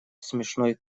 смешной